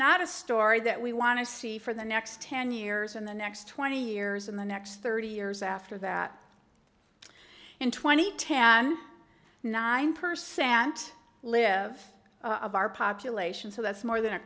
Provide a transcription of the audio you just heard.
not a story that we want to see for the next ten years and the next twenty years in the next thirty years after that and twenty ten nine percent live of our population so that's more than a